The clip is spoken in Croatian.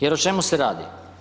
Jer o čemu se radi?